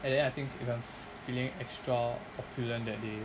and then I think I'm feeling extra opulent that day